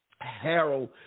Harold